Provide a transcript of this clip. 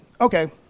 Okay